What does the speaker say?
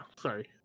sorry